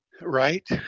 Right